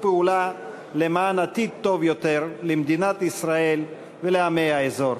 פעולה למען עתיד טוב יותר למדינת ישראל ולעמי האזור.